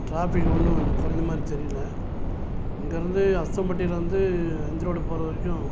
traffic ஒன்றும் அது கொறைஞ்ச மாதிரி தெரியல இங்கேயிருந்து அரசம்பட்டியிலேருந்து அஞ்சு ரோடு போகிற வரைக்கும்